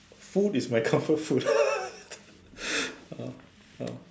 food is my comfort food ah ah